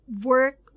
work